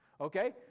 okay